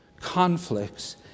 conflicts